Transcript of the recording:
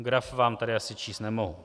Graf vám tady asi číst nemohu.